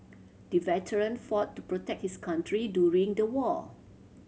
the veteran fought to protect his country during the war